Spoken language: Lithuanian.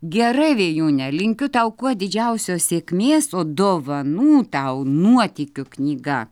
gerai vėjūne linkiu tau kuo didžiausios sėkmės o dovanų tau nuotykių knyga